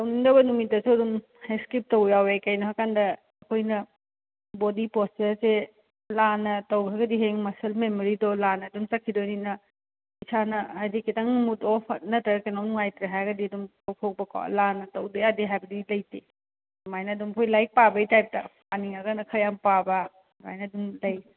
ꯇꯧꯅꯤꯡꯗꯕ ꯅꯨꯃꯤꯠꯇꯁꯨ ꯑꯗꯨꯝ ꯏꯁꯀꯤꯞ ꯇꯧꯕ ꯌꯥꯎꯋꯦ ꯀꯩꯅꯣꯍꯥꯏꯀꯥꯟꯗ ꯑꯩꯈꯣꯏꯅ ꯕꯣꯗꯤ ꯄꯣꯁꯆꯔꯁꯦ ꯂꯥꯟꯅ ꯇꯧꯈ꯭ꯔꯒꯗꯤ ꯍꯌꯦꯡ ꯃꯁꯜ ꯃꯦꯃꯣꯔꯤꯗꯣ ꯂꯥꯟꯅ ꯑꯗꯨꯝ ꯆꯠꯈꯤꯗꯣꯏꯅꯤꯅ ꯏꯁꯥꯅ ꯍꯥꯏꯗꯤ ꯈꯤꯇꯪ ꯃꯨꯠ ꯑꯣꯞ ꯅꯠꯇ꯭ꯔꯒ ꯀꯩꯅꯣꯝ ꯈꯤꯇꯪ ꯅꯨꯡꯉꯥꯏꯇ꯭ꯔꯦ ꯍꯥꯏꯔꯒꯗꯤ ꯇꯣꯛꯊꯣꯛꯄꯀꯣ ꯂꯥꯟꯅ ꯇꯧꯗ ꯌꯥꯗꯦ ꯍꯥꯏꯕꯗꯤ ꯂꯩꯇꯦ ꯑꯗꯨꯃꯥꯏꯅ ꯑꯗꯨꯝ ꯍꯣꯏ ꯂꯥꯏꯔꯤꯛ ꯄꯥꯕꯒꯤ ꯇꯥꯏꯞꯇ ꯄꯥꯅꯤꯡꯉꯒꯅ ꯈꯔ ꯌꯥꯝ ꯄꯥꯕ ꯑꯗꯨꯃꯥꯏꯅ ꯑꯗꯨꯝ ꯂꯩ